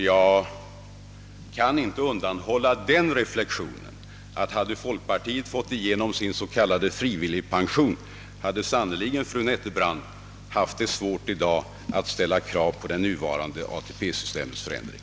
Jag kan inte undanhålla kammaren den reflexionen, att fru Nettelbrandt, om folkpartiet hade fått igenom sin s.k. frivilligpension, sannerligen hade haft svårt att i dag ställa krav på det nuvarande ATP-systemets förändring.